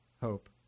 hope